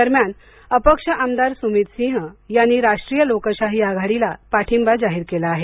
दरम्यान अपक्ष आमदार सुमित सिंह यांनी राष्ट्रीय लोकशाही आघाडीला पाठींबा जाहीर केला आहे